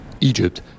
Egypt